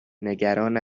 نگران